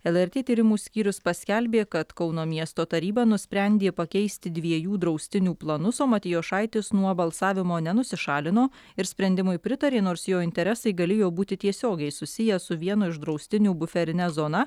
lrt tyrimų skyrius paskelbė kad kauno miesto taryba nusprendė pakeisti dviejų draustinių planus o matijošaitis nuo balsavimo nenusišalino ir sprendimui pritarė nors jo interesai galėjo būti tiesiogiai susiję su vieno iš draustinių buferine zona